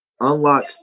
unlock